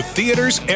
Theaters